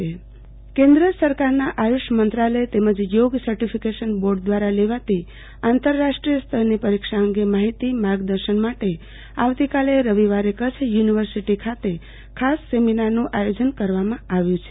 આરતીબેન ભદ્દ યોગ પરિક્ષા અંગે સેમિનાર કેન્દ્ર સરકારના આયુષ મંત્રાલય તેમજ યોગ સર્ટિફીકેશન બોર્ડ દ્રારા લેવાતી આંતરાષ્ટ્રીય સ્તરની પરીક્ષા અંગે માફિતી માર્ગદર્શન માટે આવતીકાલે રવિવારે કચ્છ યુનિવર્સીટી ખાતે ખાસ સેમિનારનું આયોજન કરવામાં આવ્યુ છે